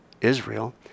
Israel